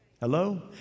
Hello